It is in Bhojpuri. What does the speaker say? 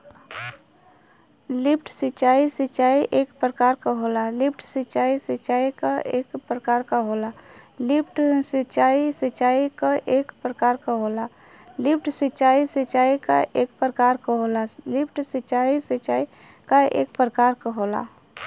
लिफ्ट सिंचाई, सिंचाई क एक प्रकार होला